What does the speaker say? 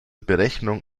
berechnung